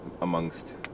amongst